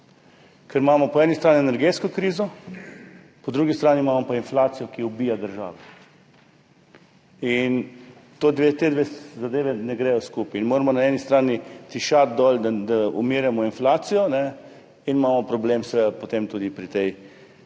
ker imamo po eni strani energetsko krizo, po drugi strani imamo pa inflacijo, ki ubija državo. Ti dve zadevi ne gresta skupaj in moramo na eni strani tiščati dol, da umirjamo inflacijo, in imamo potem problem seveda tudi pri tej